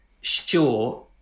sure